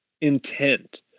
intent